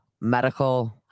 medical